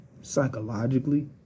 psychologically